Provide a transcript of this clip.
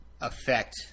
affect